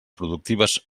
productives